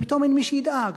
ופתאום אין מי שידאג,